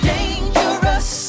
Dangerous